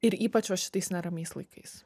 ir ypač va šitais neramiais laikais